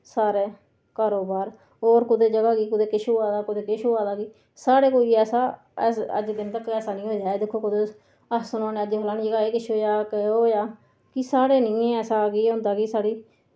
सारै कारोबार होर कुतै जगह गी कुतै किश होआ दा कुतै किश होआ दा साढ़ै कोई ऐसा ऐसा अज्ज दिन तक ऐसा नि होआ ऐ दिक्खो कुतै अस सुना ने अज्ज फलानी जगह एह् किश होआ क ओह होआ कि साढ़े नि ऐसा कि होंदा कि साढ़ी